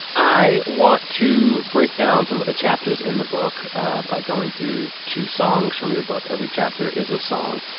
i want to break down some of the chapters in the book by going through two songs from your book. every chapter is a song,